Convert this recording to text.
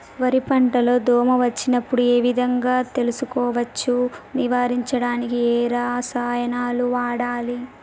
వరి పంట లో దోమ వచ్చినప్పుడు ఏ విధంగా తెలుసుకోవచ్చు? నివారించడానికి ఏ రసాయనాలు వాడాలి?